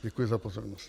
Děkuji za pozornost.